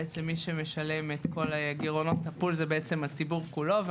מי שמשלם את כל גירעונות הפול זה הציבור כולו.